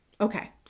Okay